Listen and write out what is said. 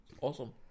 awesome